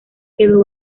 quedó